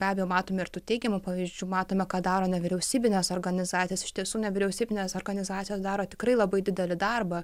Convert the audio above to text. be abejo matome ir tų teigiamų pavyzdžių matome ką daro nevyriausybinės organizacijos iš tiesų nevyriausybinės organizacijos daro tikrai labai didelį darbą